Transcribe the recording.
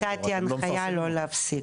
אני נתתי הנחייה לא להפסיק,